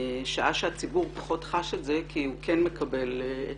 שעה שהציבור פחות חש את זה כי הוא כן מקבל את